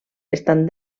estan